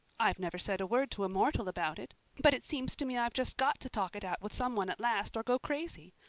i've never said a word to a mortal about it, but it seems to me i've just got to talk it out with some one at last or go crazy.